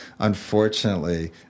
unfortunately